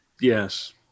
Yes